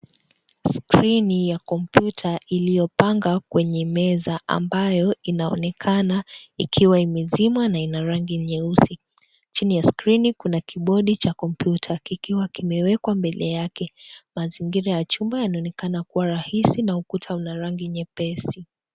Skrini ya kompiuta iliyopanga kwenye meza ambayo inaonekana ikiwa imezimwa na ina rangi nyeusi. Chini ya skrini kuna kibodi cha kompiuta kikiwa kimewekwa mbele yake. Mazingira ya chumba yanaonekana kuwa rahisi, na ukuta una rangi nyeusi.